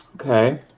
Okay